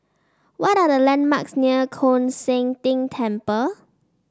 what are the landmarks near Koon Seng Ting Temple